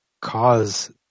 cause